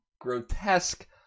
grotesque